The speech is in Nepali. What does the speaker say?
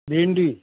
भिन्डी